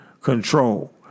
control